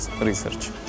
research